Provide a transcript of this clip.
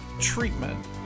treatment